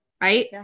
Right